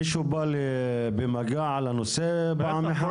מישהו בא במגע על הנושא פעם אחת?